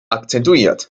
akzentuiert